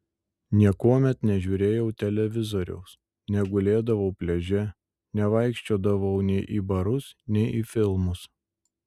niekuomet nežiūrėjau televizoriaus negulėdavau pliaže nevaikščiodavau nei į barus nei į filmus